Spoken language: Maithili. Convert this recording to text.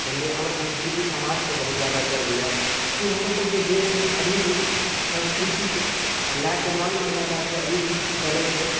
जानलिए हमर संस्कृति समाजपर बहुत ज्यादा गर्व अइ कि हमरसबके देशमे अभी भी संस्कृतिके लऽ कऽ मान मर्यादाके अभी भी चलै छै